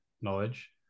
knowledge